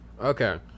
okay